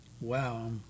Wow